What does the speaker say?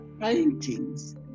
paintings